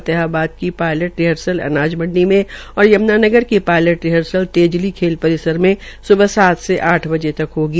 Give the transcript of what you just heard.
फतेहाबाद की pilot rehearsal अनाज मंडी में और यम्नानगर की पालयल रिहर्सल तेजली खेल परिसर मे स्बह सात से आठ बते तक होगी